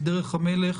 בדרך המלך,